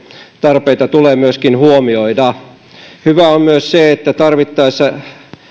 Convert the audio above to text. tarpeita tulee myöskin huomioida hyvää on myös se että tarvittaessa